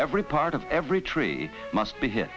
every part of every tree must be h